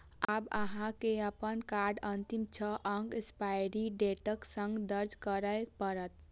आब अहां के अपन कार्डक अंतिम छह अंक एक्सपायरी डेटक संग दर्ज करय पड़त